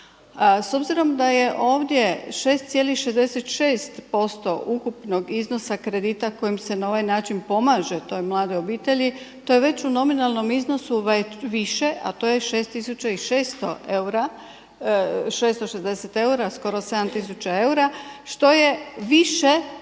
S obzirom da je ovdje 6,66% ukupnog iznosa kredita kojim se na ovaj način pomaže toj mladoj obitelji to je već u nominalnom iznosu više, a to je 6.660 eura skoro 7 tisuća eura što je više nego